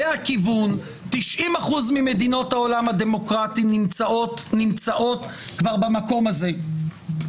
זה הכיוון ו-90 אחוזים ממדינות העולם הדמוקרטי כבר נמצאות במקום הזה.